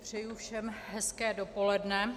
Přeji všem hezké dopoledne.